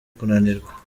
kunanirwa